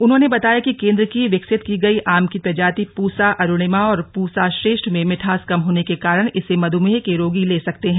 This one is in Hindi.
उन्होंने बताया कि केंद्र की विकसित की गई आम की प्रजाति पूसा अरुणिमा और पूसा श्रेष्ठ में मिठास कम होने के कारण इसे मध्मेह के रोगी ले सकते है